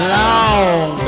long